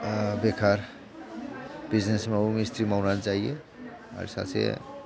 ओ बेखार बिजनेस मावो मिस्थ्रि मावनानै जायो आरो सासे